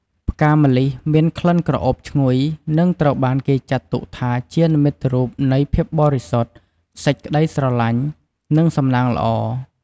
ផ្កាម្លិះមានក្លិនក្រអូបឈ្ងុយ និងត្រូវបានគេចាត់ទុកថាជានិមិត្តរូបនៃ ភាពបរិសុទ្ធ សេចក្តីស្រឡាញ់ និង សំណាងល្អ។